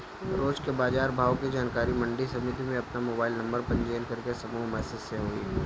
रोज के बाजार भाव के जानकारी मंडी समिति में आपन मोबाइल नंबर पंजीयन करके समूह मैसेज से होई?